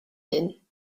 din